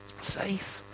Safe